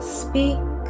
speak